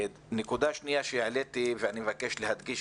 נקודה שנייה שהעליתי ואני מבקש להדגיש